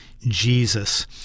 Jesus